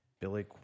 Billy